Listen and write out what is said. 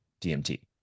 dmt